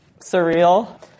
surreal